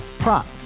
Prop